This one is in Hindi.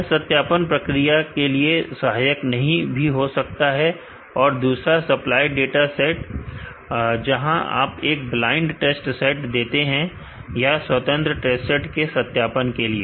यह सत्यापन प्रक्रिया के लिए सहायक नहीं भी हो सकता है और दूसरा सप्लाइड टेस्ट सेट है जहां आप एक ब्लाइंड टेस्ट सेट देते हैं या स्वतंत्र टेस्ट सेट से सत्यापन के लिए